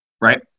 right